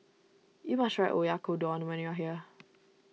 you must try Oyakodon when you are here